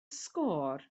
sgôr